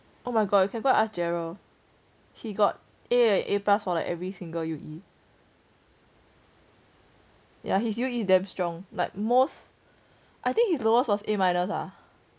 oh my god you can go and ask gerald he got a and a plus for like every single U_E yeah his U_E damn strong like most I think his lowest was a minus ah